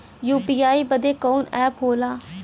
UPI बदे कवन app होला?